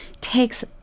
takes